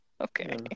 Okay